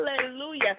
hallelujah